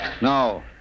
No